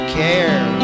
care